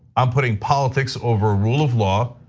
i'm putting politics over rule of law,